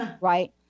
right